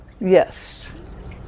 Yes